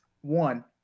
One